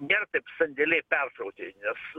nėra taip sandėliai pertrauti nes